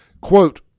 Quote